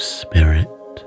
spirit